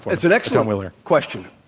it's an excellent question.